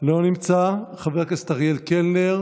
לא נמצא, חבר הכנסת אריאל קלנר